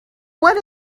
what